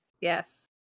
Yes